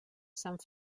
sant